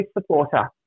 supporter